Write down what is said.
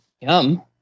Yum